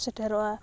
ᱥᱮᱴᱮᱨᱚᱜᱼᱟ